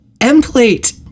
M-Plate